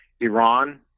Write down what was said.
Iran